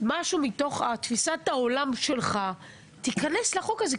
משהו מתוך תפיסת העולם שלך תיכנס לחוק הזה,